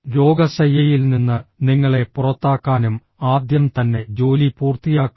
രോഗശയ്യയിൽ നിന്ന് നിങ്ങളെ പുറത്താക്കാനും ആദ്യം തന്നെ ജോലി പൂർത്തിയാക്കാനും